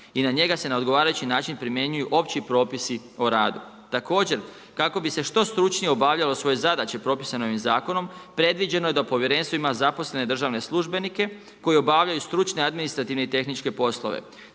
i na njega se na odgovarajući način primjenjuju opći propisi o radu. Također, kako bise što stručnije obavljalo svoje zadaće propisane ovim zakonom, predviđeno je da povjerenstvo ima zaposlene državne službenike koji obavljaju stručne, administrativne i tehničke poslove.